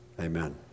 Amen